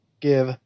give